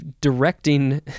directing